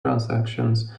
transactions